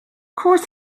course